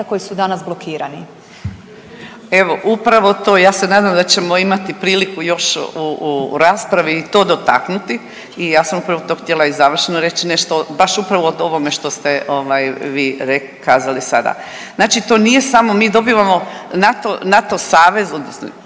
Zdravka (HDZ)** Evo upravo to. Ja se nadam da ćemo imati priliku još u raspravi i to dotaknuti i ja sam upravo to htjela i završno reći nešto, baš upravo o ovome što ste ovaj vi rekli, kazali sada. Znači to nije samo, mi dobivamo, NATO savez odnosno